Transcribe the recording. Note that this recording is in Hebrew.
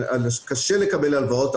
קשה לקבל הלוואות.